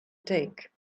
take